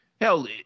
hell